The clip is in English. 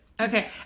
Okay